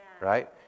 Right